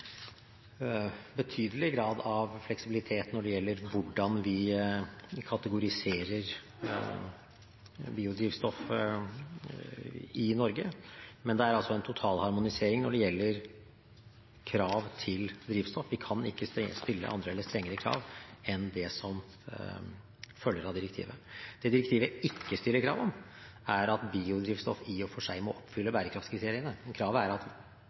betydelig grad av fleksibilitet når det gjelder hvordan vi kategoriserer biodrivstoff i Norge, men det er altså en totalharmonisering når det gjelder krav til drivstoff – vi kan ikke stille andre eller strengere krav enn det som følger av direktivet. Det direktivet ikke stiller krav om, er at biodrivstoff i og for seg må oppfylle bærekraftskriteriene. Kravet er at